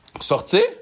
sortir